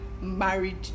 married